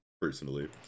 personally